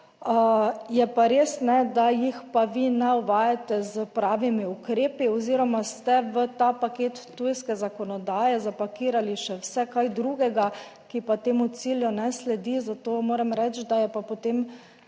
Je pa res, da jih pa vi ne uvajate s pravimi ukrepi oziroma ste v ta paket tujske zakonodaje zapakirali še vse kaj drugega, ki pa temu cilju ne sledi. Zato moram reči, da je pa potem